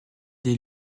des